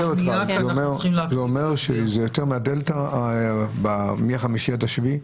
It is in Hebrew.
זה אומר שזה יותר מהדלתא מהחמישי עד השביעי?